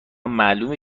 معلومه